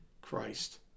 Christ